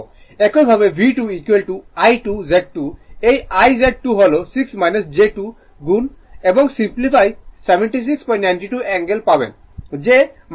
একইভাবে V2 I 2 Z2 এই IZ2 হল 6 j 2 গুণ এবং সিমপ্লিফাই 7692 অ্যাঙ্গেল পাবেন 305o